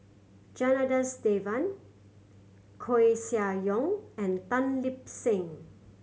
Janadas Devan Koeh Sia Yong and Tan Lip Seng